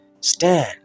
stand